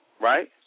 right